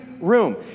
room